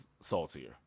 saltier